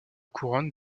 couronne